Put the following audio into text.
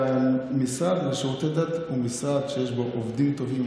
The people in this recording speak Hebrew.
המשרד לשירותי דת הוא משרד שיש בו עובדים טובים,